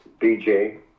BJ